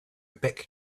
back